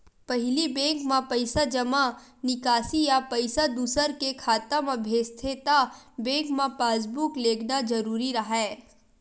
पहिली बेंक म पइसा जमा, निकासी या पइसा दूसर के खाता म भेजथे त बेंक म पासबूक लेगना जरूरी राहय